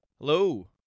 Hello